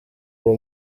uwo